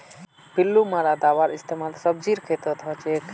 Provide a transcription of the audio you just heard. पिल्लू मारा दाबार इस्तेमाल सब्जीर खेतत हछेक